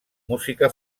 música